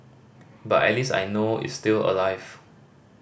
but at least I know is still alive